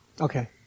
Okay